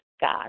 God